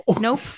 Nope